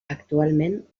actualment